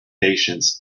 patience